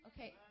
Okay